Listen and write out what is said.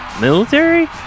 military